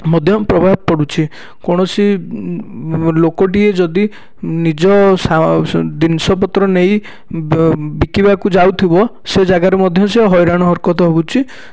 ମଧ୍ୟ ପ୍ରଭାବ ପଡ଼ୁଛି କୌଣସି ଲୋକଟିଏ ଯଦି ନିଜ ଜିନିଷ ପତ୍ର ନେଇ ବିକିବାକୁ ଯାଉଥିବ ସେ ଯାଗାରେ ମଧ୍ୟ ସେ ହଇରାଣ ହରକତ ହେଉଛି